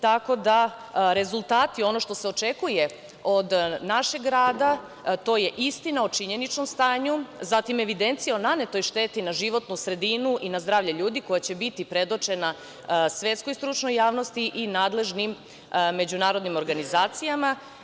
Tako da rezultati, ono što se očekuje od našeg rada to je istina o činjeničnom stanju, zatim evidencija o nanetoj šteti na životnu sredinu i na zdravlje ljudi koja će biti predočena svetskoj stručnoj javnosti i nadležnim međunarodnim organizacijama.